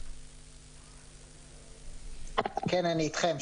אני אתכם.